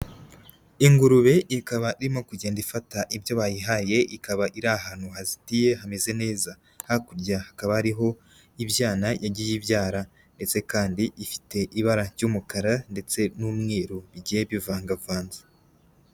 Ingurube ikaba irimo kugenda ifata ibyo bayihaye ikaba iri ahantu hazitiye hameze neza, hakurya hakaba hariho ibyana yagiye ibyara ndetse kandi ifite ibara ry'umukara ndetse n'umweru bigiye bivangavanze.